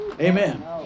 Amen